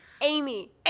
Amy